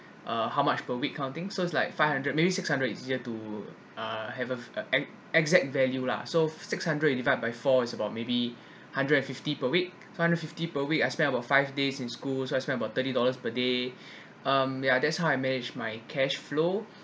uh how much per week kind of thing so it's like five hundred maybe six hundred easier to uh have ex~ exact value lah so six hundred divide by four is about maybe hundred and fifty per week so hundred fifty per week I spent about five days in schools so I spent about thirty dollars per day um ya that's how I managed my cash flow